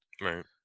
Right